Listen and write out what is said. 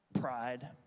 pride